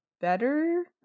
better